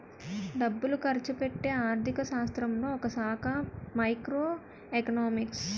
డబ్బులు ఖర్చుపెట్టే ఆర్థిక శాస్త్రంలో ఒకశాఖ మైక్రో ఎకనామిక్స్